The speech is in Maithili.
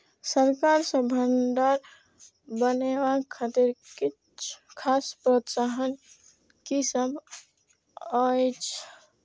सरकार सँ भण्डार बनेवाक खातिर किछ खास प्रोत्साहन कि सब अइछ?